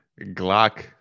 Glock